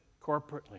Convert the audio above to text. corporately